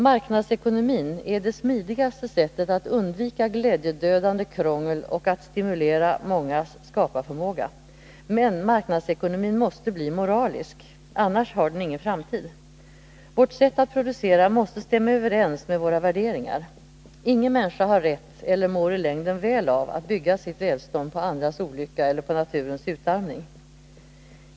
Marknadsekonomin är det smidigaste sättet att undvika glädjedödande krångel och att stimulera mångas skaparförmåga. Men marknadsekonomin måste bli moralisk. Annars har den ingen framtid. Vårt sätt att producera måste stämma överens med våra värderingar. Ingen människa har rätt eller mår i längden väl av att bygga sitt välstånd på andras olycka eller på naturens utarmning.